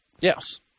Yes